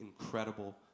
incredible